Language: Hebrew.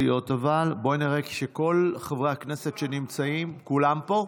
בואי נראה שכל חברי הכנסת, כולם פה?